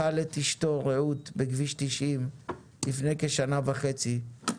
את אשתו רעות בכביש 90 לפני כשנה וחצי.